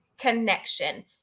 connection